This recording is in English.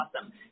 awesome